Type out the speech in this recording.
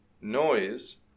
Noise